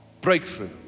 breakthrough